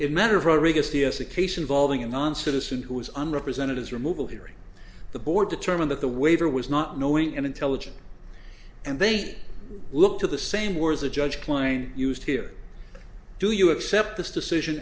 it mattered rodriguez the s a case involving a non citizen who was on represented his removal hearing the board determined that the waiver was not knowing and intelligent and they'd look to the same words the judge klein used here do you accept this decision